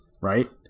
right